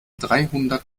dreihundert